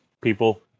people